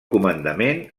comandament